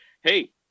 Hey